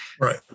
Right